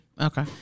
Okay